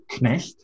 Knecht